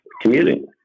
commuting